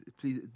please